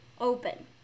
open